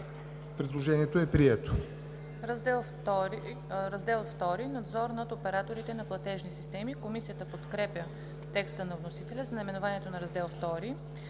Предложението е прието.